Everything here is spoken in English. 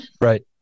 right